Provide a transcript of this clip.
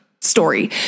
story